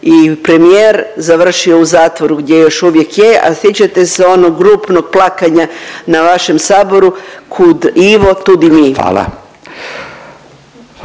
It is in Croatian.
i premijer završio u zatvoru gdje još uvijek je, a sjećate se onog grupnog plakanja na vašem saboru kud Ivo tud i mi.